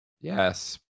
yes